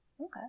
Okay